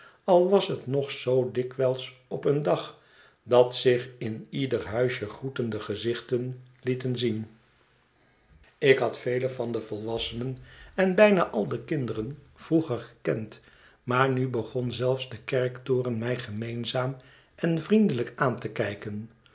al was het nog zoo dikwijls op een dag dat zich in ieder huisje groetende gezichten lieten zien geen mooie dame meer fi ik had velen van de volwassenen en bijna al de kinderen vroeger gekend maar nu begon zelfs de kerktoren mij gemeenzaam en vriendelijk aan te kijken